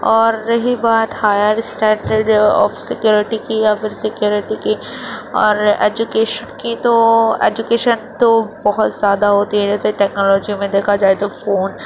اور رہی بات ہائیر اسٹینڈڈ آف سیکورٹی کی یا پھر سیکورٹی کی اور ایجوکیشن کی تو ایجوکیشن تو بہت زیادہ ہوتی ہے جیسے ٹیکنالوجی میں دیکھا جائے تو فون